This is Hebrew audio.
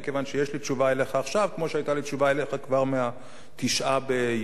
כיוון שיש לי תשובה אליך עכשיו כמו שהיתה לי תשובה אליך כבר ב-9 ביוני,